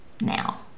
now